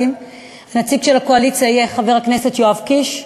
נציג הקואליציה יהיה חבר הכנסת יואב קיש,